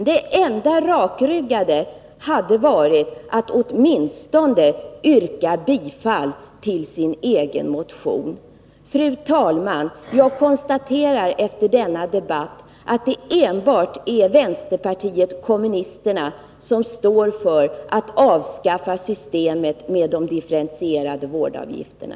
Det enda rakryggade hade varit att hon åtminstone yrkat bifall till sin egen motion. Fru talman! Jag konstaterar efter denna debatt att det enbart är vänsterpartiet kommunisterna som vill avskaffa systemet med de differentierade vårdavgifterna.